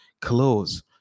close